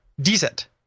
decent